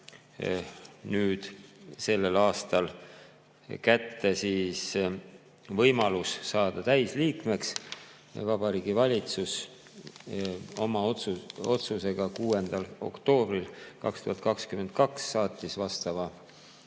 meile sellel aastal kätte võimalus saada täisliikmeks. Vabariigi Valitsus oma otsusega 6. oktoobril 2022 saatis vastava